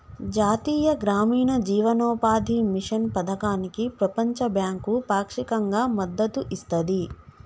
జాతీయ గ్రామీణ జీవనోపాధి మిషన్ పథకానికి ప్రపంచ బ్యాంకు పాక్షికంగా మద్దతు ఇస్తది